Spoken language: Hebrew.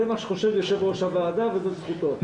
זה מה שחושב יו"ר הוועדה וזו זכותו.